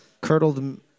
curdled